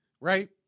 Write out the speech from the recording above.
right